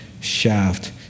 shaft